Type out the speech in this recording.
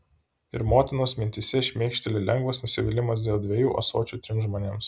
ir motinos mintyse šmėkšteli lengvas nusivylimas dėl dviejų ąsočių trims žmonėms